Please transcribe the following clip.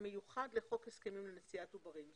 מיוחד לחוק הסכמים לנשיאת עוברים.